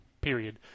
period